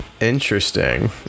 interesting